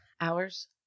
hours